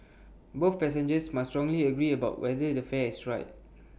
both passengers must strongly agree about whether the fare is right